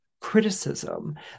criticism